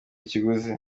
ikiguzi